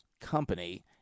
company